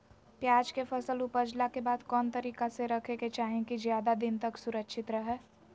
प्याज के फसल ऊपजला के बाद कौन तरीका से रखे के चाही की ज्यादा दिन तक सुरक्षित रहय?